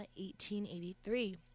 1883